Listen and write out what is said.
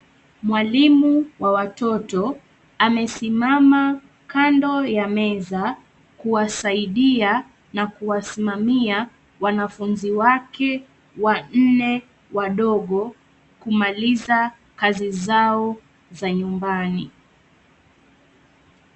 Mwalimu wa watoto amesimama kando ya meza kuwasaidia na kuwasimamia wanafunzi wake wanne wadogo kumaliza kazi zao za nyumbani.